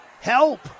Help